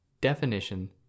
definition